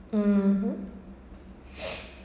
(uh huh)